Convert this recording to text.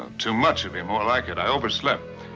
too much would be more like it. i overslept.